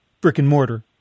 brick-and-mortar